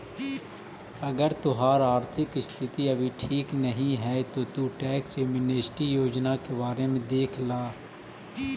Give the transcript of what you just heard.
अगर तोहार आर्थिक स्थिति अभी ठीक नहीं है तो तु टैक्स एमनेस्टी योजना के बारे में देख ला